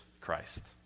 Christ